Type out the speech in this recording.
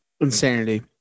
Insanity